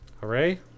Hooray